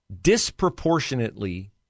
disproportionately